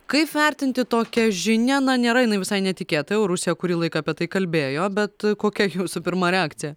kaip vertinti tokią žinią na nėra jinai visai netikėta jau rusija kurį laiką apie tai kalbėjo bet kokia jūsų pirma reakcija